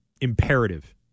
Imperative